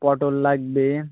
পটল লাগবে